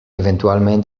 eventualment